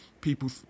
people